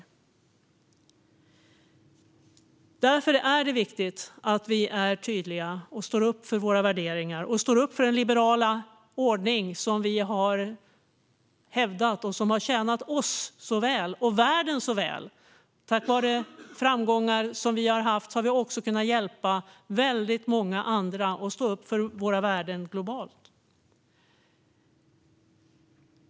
Därför är det viktigt att vi är tydliga och står upp för våra värderingar och för den liberala ordning som vi har hävdat och som har tjänat oss och världen så väl. Tack vare framgångar som vi har haft har vi också kunnat hjälpa väldigt många andra och stå upp för våra värden globalt.